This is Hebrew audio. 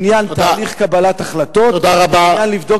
בעניין תהליך קבלת החלטות על מנת לבדוק